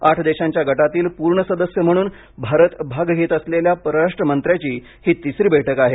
आठ देशांच्या गटातील पूर्ण सदस्य म्हणून भारत भाग घेत असलेल्या परराष्ट्र मंत्र्यांची ही तिसरी बैठक आहे